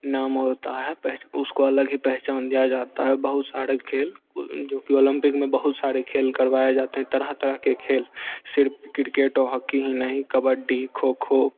नाम होता है पहच उसको अलग ही पहचान दिया जाता है बहुत सारे खेल जो कि ओलम्पिक में बहुत सारे खेल करवाए जाते हैं तरह तरह के खेल सिर्फ क्रिकेट और हॉकी ही नहीं कबड्डी खो खो